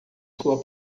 sua